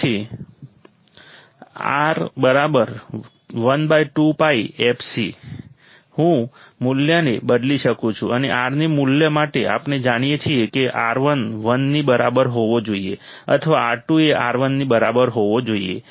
પછી R 1 2 π fcC હું મૂલ્યને બદલી શકું છું અને R ની મૂલ્ય માટે આપણે જાણીએ છીએ કે R1 1 ની બરાબર હોવો જોઈએ અથવા R2 એ R1 ની બરાબર હોવો જોઈએ